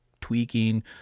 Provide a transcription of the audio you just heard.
tweaking